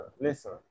listen